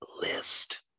list